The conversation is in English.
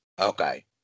Okay